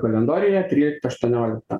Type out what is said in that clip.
kalendoriuje trylikta aštuoniolikta